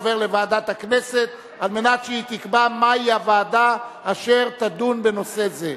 עובר לוועדת הכנסת כדי שהיא תקבע מהי הוועדה אשר תדון בנושא זה.